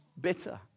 bitter